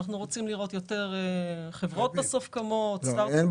אנחנו רוצים לראות שיותר חברות קמות, סטרט-אפים.